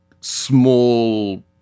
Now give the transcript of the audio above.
small